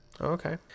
Okay